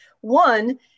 one